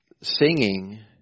Singing